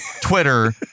Twitter